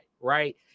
right